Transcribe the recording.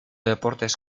deportes